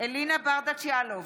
אלינה ברדץ' יאלוב,